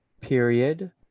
period